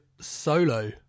solo